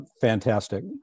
Fantastic